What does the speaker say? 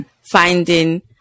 finding